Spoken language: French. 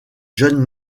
jeune